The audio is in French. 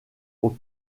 aux